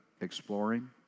exploring